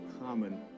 common